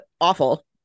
awful